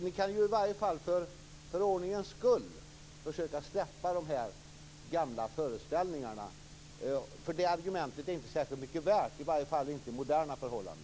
Ni kan väl för ordningens skull försöka släppa de här gamla föreställningarna. Det argumentet är inte särskilt mycket värt, i varje fall inte för moderna förhållanden.